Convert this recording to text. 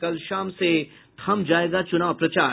कल शाम से थम जायेगा चूनाव प्रचार